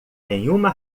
nenhuma